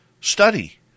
study